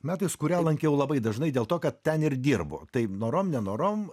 metais kurią lankiau labai dažnai dėl to kad ten ir dirbu tai norom nenorom